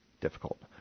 difficult